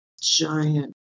giant